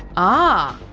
ah